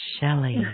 Shelley